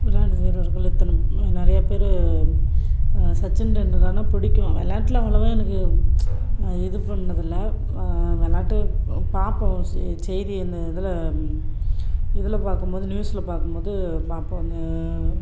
விளையாட்டு வீரர்கள் இத்தனை நிறையா பேர் சச்சின் டெண்டுல்கர் ஆனால் பிடிக்கும் விளாட்டுல அவ்வளோவா எனக்கு இது பண்ணதில்லை விளாட்டு பார்ப்போம் செய்தி அந்த இதில் இதில் பார்க்கும் போது நியூஸ்ல பார்க்கும் போது பார்ப்போம்